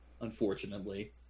Unfortunately